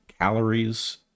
calories